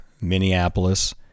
minneapolis